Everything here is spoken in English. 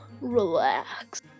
relax